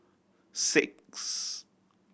six